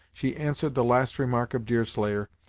she answered the last remark of deerslayer,